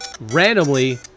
randomly